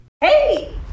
Hey